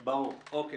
אילת,